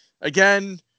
again